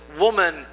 woman